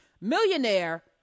Millionaire